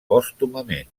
pòstumament